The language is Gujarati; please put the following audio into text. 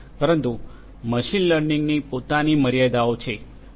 પરંતુ મશીન લર્નિંગની પોતાની મર્યાદાઓ છે